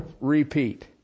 repeat